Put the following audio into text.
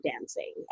dancing